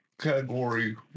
category